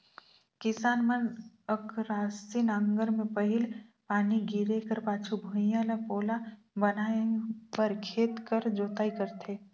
किसान मन अकरासी नांगर मे पहिल पानी गिरे कर पाछू भुईया ल पोला बनाए बर खेत कर जोताई करथे